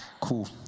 Cool